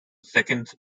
second